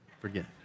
Forget